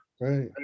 Right